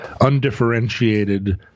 undifferentiated